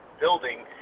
building